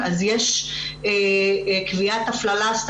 זאת אומרת יש עוד אלמנטים שלא משרד הרווחה לבדו יכול